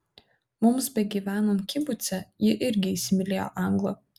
mums begyvenant kibuce ji irgi įsimylėjo anglą